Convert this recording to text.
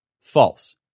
false